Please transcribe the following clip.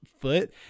foot